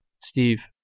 Steve